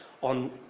on